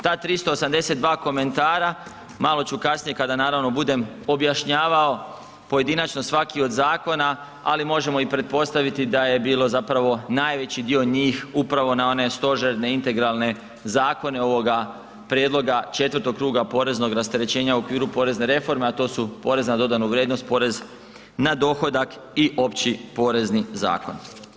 Ta 382 komentara, malo ću kasnije kada naravno bude objašnjavao pojedinačno svaki od zakona, ali možemo i pretpostaviti da je bilo zapravo najveći dio njih upravo na one stožerne, integralne zakone ovoga prijedloga 4. kruga poreznog rasterećenja u okviru porezne reforme a to su PDV i porez na dohodak i Opći porezni zakon.